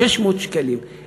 600 שקלים,